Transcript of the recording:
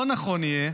לא נכון יהיה